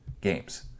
games